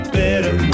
better